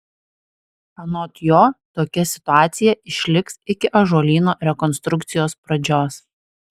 anot jo tokia situacija išliks iki ąžuolyno rekonstrukcijos pradžios